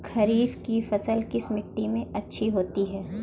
खरीफ की फसल किस मिट्टी में अच्छी होती है?